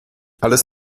alles